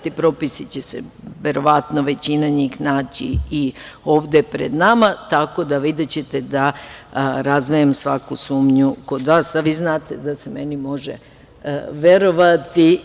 Ti propisi će se, verovatno većina njih, naći i ovde pred nama, tako da videćete da razdajem svaku sumnju kod vas, a vi znate da se meni može verovati.